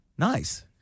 Nice